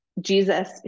Jesus